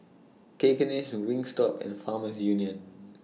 Cakenis Wingstop and Farmers Union